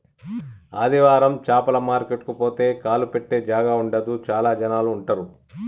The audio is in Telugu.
ఆదివారం చాపల మార్కెట్ కు పోతే కాలు పెట్టె జాగా ఉండదు చాల జనాలు ఉంటరు